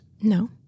No